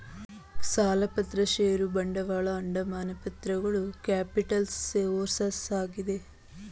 ಸಾಲಪತ್ರ ಷೇರು ಬಂಡವಾಳ, ಅಡಮಾನ ಪತ್ರಗಳು ಕ್ಯಾಪಿಟಲ್ಸ್ ಸೋರ್ಸಸ್ ಆಗಿದೆ